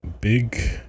big